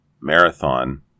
marathon